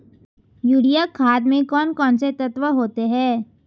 Urea खाद में कौन कौन से तत्व होते हैं?